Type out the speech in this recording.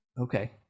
Okay